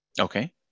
Okay